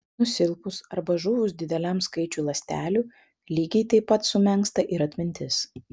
nusilpus arba žuvus dideliam skaičiui ląstelių lygiai taip pat sumenksta ir atmintis